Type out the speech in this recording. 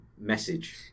Message